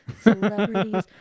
celebrities